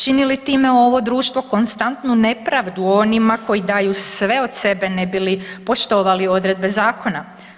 Čini li time ovo društvo konstantnu nepravdu onima koji li daju sve od sebe ne bi li poštovali odredbe zakona?